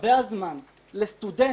משאבי הזמן לסטודנט